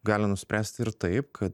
gali nuspręsti ir taip kad